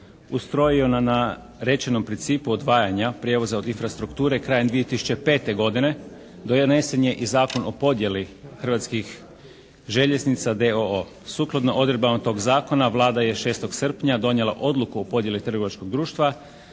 ustrojio na rečenom principu odvajanja prijevoza od infrastrukture krajem 2005. godine donesen je i Zakon o podjeli Hrvatskih željeznica d.o.o. Sukladno odredbama tog zakona Vlada je 6. srpnja donijela odluku o podjeli trgovačkog društva